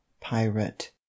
PIRATE